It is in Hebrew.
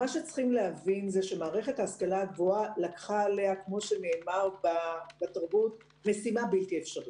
צריכים להבין שמערכת ההשכלה הגבוהה לקחה על עצמה משימה בלתי אפשרית.